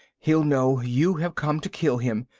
he'll know you have come to kill him,